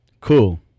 Cool